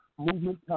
Movement